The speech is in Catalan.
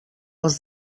els